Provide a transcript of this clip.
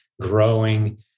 growing